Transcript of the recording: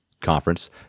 conference